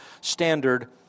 standard